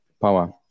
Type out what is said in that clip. power